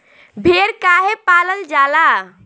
भेड़ काहे पालल जाला?